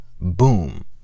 boom